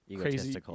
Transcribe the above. crazy